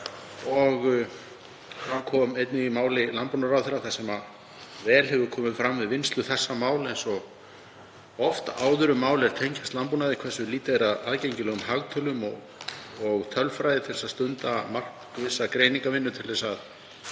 kom það fram í máli landbúnaðarráðherra sem vel hefur komið fram við vinnslu þessa máls, eins og oft áður um mál er tengjast landbúnaði, hversu lítið er af aðgengilegum hagtölum og tölfræði til að stunda markvissa greiningarvinnu til að